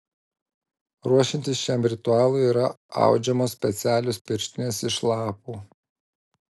ruošiantis šiam ritualui yra audžiamos specialios pirštinės iš lapų